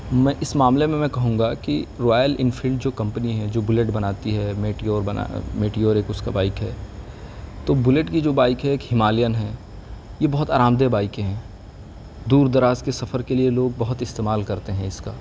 میں اس معاملے میں میں کہوں گا کہ رائل انفیلڈ جو کمپنی ہے جو بلٹ بناتی ہے میٹیور میٹیور ایک اس کا بائک ہے تو بلٹ کی جو بائک ہے ایک ہمالین ہے یہ بہت آرام دہ بائکیں ہیں دور دراز کے سفر کے لیے لوگ بہت استعمال کرتے ہیں اس کا